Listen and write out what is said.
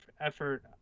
effort